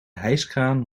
hijskraan